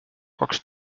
kaks